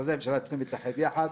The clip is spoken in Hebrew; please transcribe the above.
משרדי הממשלה צריכים להתאחד יחד,